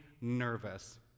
nervous